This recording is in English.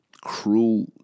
cruel